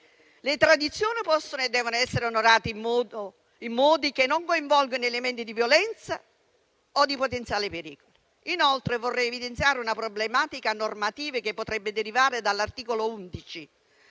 Le tradizioni possono e devono essere onorate in modi che non coinvolgono elementi di violenza o di potenziale pericolo. Vorrei evidenziare inoltre una problematica normativa che potrebbe derivare dall'articolo 11.